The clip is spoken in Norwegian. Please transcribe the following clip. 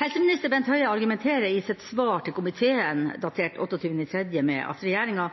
Helseminister Bent Høie argumenterer i sitt svar til komiteen datert 28. mars med at regjeringa